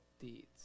deeds